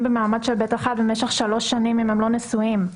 במעמד של ב/1 במשך שלוש שנים אם הם לא נשואים.